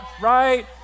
right